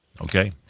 Okay